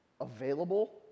Available